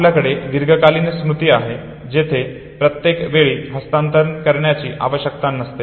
आपल्याकडे दीर्घकालीन स्मृती आहे जेथे प्रत्येक वेळी हस्तांतरण करण्याची आवश्यकता नसते